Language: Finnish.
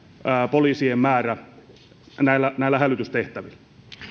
poliisien määrä näissä hälytystehtävissä